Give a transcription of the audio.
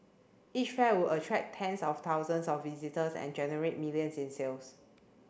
each fair would attract tens of thousands of visitors and generate millions in sales